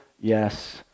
yes